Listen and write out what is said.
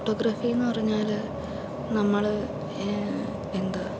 ഫോട്ടോഗ്രാഫിയെന്നു പറഞ്ഞാൽ നമ്മൾ എന്താ